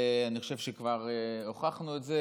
אני חושב שכבר הוכחנו את זה.